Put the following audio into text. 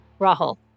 Rahul